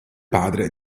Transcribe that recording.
padre